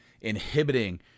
inhibiting